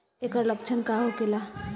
ऐकर लक्षण का होखेला?